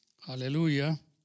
aleluya